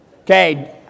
Okay